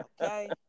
Okay